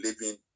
living